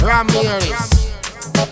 Ramirez